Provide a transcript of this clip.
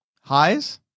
Highs